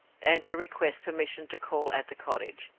and to request permission to call at the cottage,